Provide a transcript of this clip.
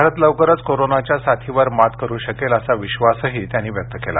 भारत लवकरच कोरोनाच्या साथीवर मात करु शकेल असा विश्वासही त्यांनी व्यक्तकेला